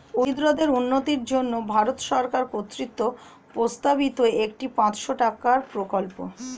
দরিদ্রদের উন্নতির জন্য ভারত সরকার কর্তৃক প্রস্তাবিত একটি পাঁচশো টাকার প্রকল্প